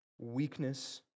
weakness